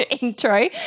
intro